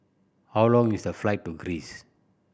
how long is the flight to Greece